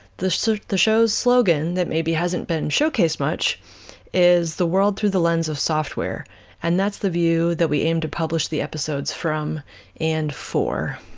the so the show's slogan that maybe hasn't been showcased much is the world through the lens of software and that's the view that we aim to publish the episodes from and for.